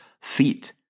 feet